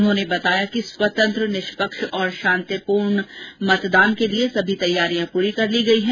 उन्होंने बताया कि स्वतंत्र निष्पक्ष और शांतिपूर्ण के साथ सुरक्षित मतदान के लिए सभी तैयारियां पूरी कर ली गई हैं